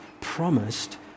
promised